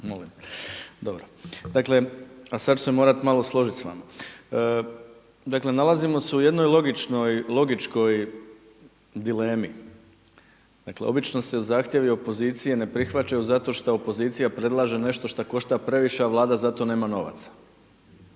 nekim. Dobro. Dakle, a sada ću se morati malo složiti s vama. Dakle nalazimo se u jednoj logičkoj dilemi. Dakle obično se zahtjevi opozicije ne prihvaćaju zato šta opozicija predlaže nešto što košta previše a Vlada za to nema novaca,